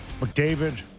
McDavid